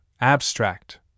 abstract